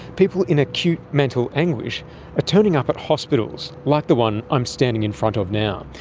people in acute mental anguish are turning up at hospitals like the one i'm standing in front of now,